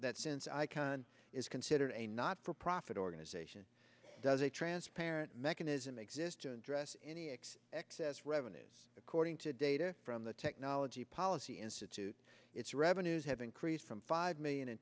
that since icahn is considered a not for profit organization does a transparent mechanism exist to address any x excess revenues according to data from the technology policy institute its revenues have increased from five million in